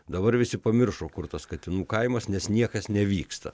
dabar visi pamiršo kur tas katinų kaimas nes niekas nevyksta